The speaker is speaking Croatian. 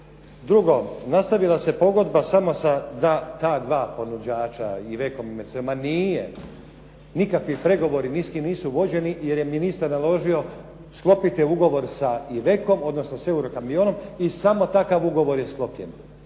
Drugo, nastavila se pogodba samo sa ta dva ponuđača i Ivecom, ma nije, nikakvi pregovori ni s kime nisu vođeni jer je ministar naložio sklopite ugovor sa Ivecom, odnosno sa Euro kamionom i samo takav ugovor je sklopljen.